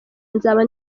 nzaba